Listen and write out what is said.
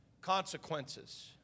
consequences